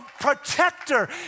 protector